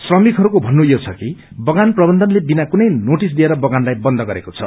श्रमिकहरूको भन्नु यो छ कि बगान प्रबन्धनले विना कुनै नोटिस दिएर बगानलाई बन्द गरेको छ